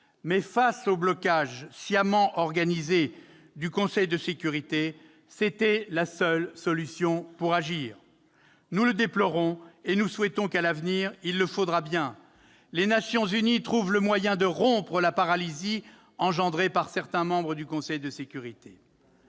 Mais, face au blocage sciemment organisé du Conseil de sécurité, il n'y avait pas d'autre solution pour agir. Nous le déplorons. À l'avenir, il faudra bien que les Nations unies trouvent le moyen de rompre la paralysie engendrée par certains membres du Conseil de sécurité.